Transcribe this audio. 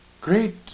Great